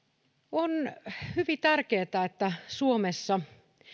on hyvin tärkeätä että suomessa